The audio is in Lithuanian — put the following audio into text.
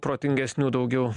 protingesnių daugiau